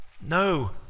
No